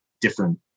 different